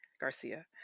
Garcia